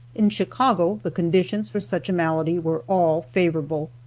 in chicago the conditions for such a malady were all favorable.